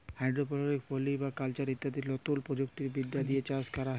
hydroponics, polyculture ইত্যাদি লতুন প্রযুক্তি বিদ্যা দিয়ে চাষ ক্যরা হ্যয়